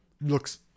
looks